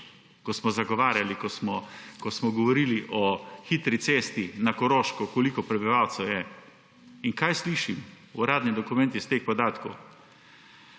ko smo zagovarjali, ko smo govorili o hitri cesti na Koroško, koliko prebivalcev je. In kaj slišim? Uradni dokument iz teh podatkov,